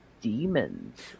demons